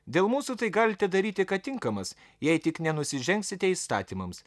dėl mūsų tai galite daryti ką tinkamas jei tik nenusižengsite įstatymams